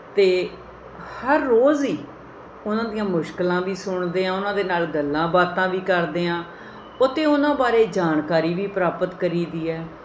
ਅਤੇ ਹਰ ਰੋਜ਼ ਹੀ ਉਹਨਾਂ ਦੀਆਂ ਮੁਸ਼ਕਿਲਾਂ ਵੀ ਸੁਣਦੇ ਹਾਂ ਉਹਨਾਂ ਦੇ ਨਾਲ ਗੱਲਾਂ ਬਾਤਾਂ ਵੀ ਕਰਦੇ ਹਾਂ ਅਤੇ ਉਹਨਾਂ ਬਾਰੇ ਜਾਣਕਾਰੀ ਵੀ ਪ੍ਰਾਪਤ ਕਰੀ ਦੀ ਹੈ